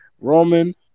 Roman